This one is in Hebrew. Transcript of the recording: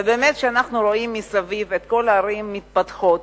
ובאמת, כשאנחנו רואים מסביב את כל הערים מתפתחות,